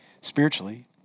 spiritually